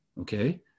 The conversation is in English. okay